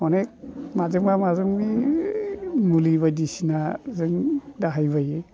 अनेख माजोंबा माजोंबि मुलि बायदिसिनाजों दाहाय बायो